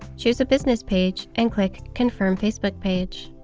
choose a business page and click confirm facebook page.